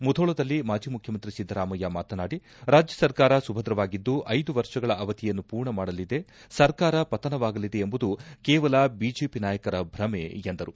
ಮುಧೋಳದಲ್ಲಿ ಮಾಜಿ ಮುಖ್ಯಮಂತ್ರಿ ಸಿದ್ದರಾಮಯ್ಯ ಮಾತನಾಡಿ ರಾಜ್ಯ ಸರ್ಕಾರ ಸುಭದ್ರವಾಗಿದ್ದು ಐದು ವರ್ಷಗಳ ಅವಧಿಯನ್ನು ಮೂರ್ಣಮಾಡಲಿದೆ ಸರ್ಕಾರ ಪತನವಾಗಲಿದೆ ಎಂಬುದು ಕೇವಲ ಬಿಜೆಪಿ ನಾಯಕರ ಭ್ರಮೆ ಎಂದರು